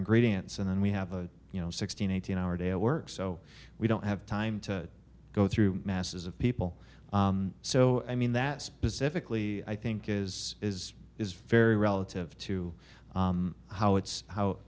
ingredients in and we have a you know sixteen eighteen hour day at work so we don't have time to go through masses of people so i mean that specifically i think is is is very relative to how it's how